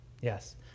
yes